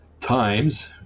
Times